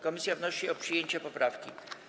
Komisja wnosi o przyjęcie poprawki.